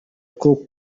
two